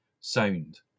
sound